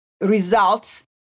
results